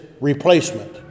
replacement